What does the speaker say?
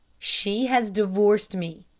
she has divorced me,